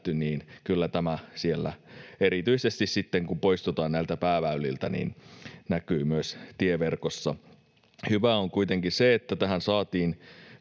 niin kyllä tämä erityisesti sitten, kun poistutaan näiltä pääväyliltä, näkyy myös tieverkossa. Hyvää on kuitenkin se, että tähän saatiin